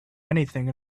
anything